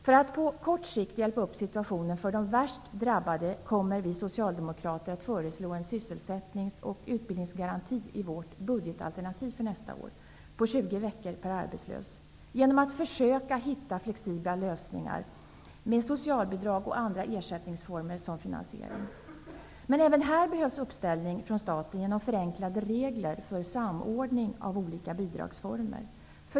För att på kort sikt hjälpa upp situationen för de värst drabbade kommer vi socialdemokrater att föreslå en sysselsättnings och utbildningsgaranti i vårt budgetalternativ för nästa år, på 20 veckor per arbetslös, genom att försöka hitta flexibla lösningar med socialbidrag och andra ersättningsformer som finansiering. Även här behövs uppställning från staten genom förenklade regler för samordning av olika bidragsformer.